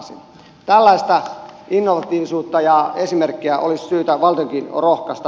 tällaiseen innovatiivisuuteen ja esimerkkiin olisi syytä valtionkin rohkaista